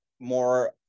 more